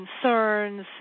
concerns